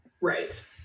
Right